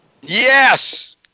Yes